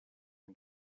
and